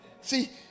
See